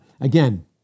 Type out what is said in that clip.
again